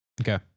Okay